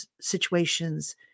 situations